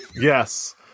Yes